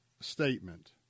statement